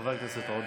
חבר הכנסת עודה,